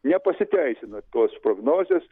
nepasiteisino tos prognozės